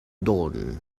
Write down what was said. dawn